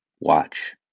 watch